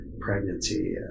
pregnancy